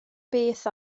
beth